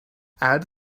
add